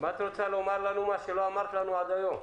מה את רוצה לומר לנו שלא אמרת לנו עד היום?